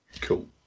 Cool